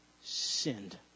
sinned